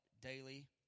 Daily